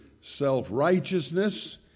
self-righteousness